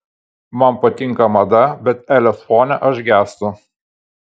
man patinka mada bet elės fone aš gęstu